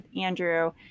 Andrew